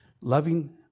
loving